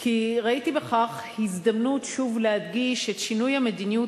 כי ראיתי בכך הזדמנות שוב להדגיש את שינוי המדיניות